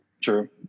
True